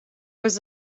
was